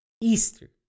Easter